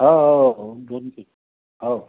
हो हो हो होऊन जाईन ते हो